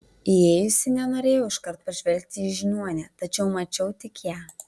įėjusi nenorėjau iškart pažvelgti į žiniuonę tačiau mačiau tik ją